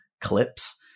clips